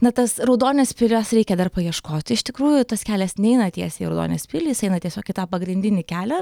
na tas raudonės pilies reikia dar paieškoti iš tikrųjų tas kelias neina tiesiai į raudonės pilį jisai eina tiesiog į tą pagrindinį kelią